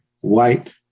white